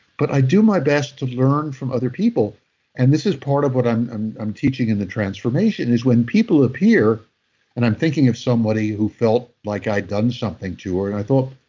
but i do my best to learn from other people and this is part of what i'm i'm teaching in the transformation is when people appear and i'm thinking of somebody who felt like i'd done something to her and i thought,